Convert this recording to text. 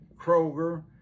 Kroger